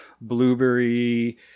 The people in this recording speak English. Blueberry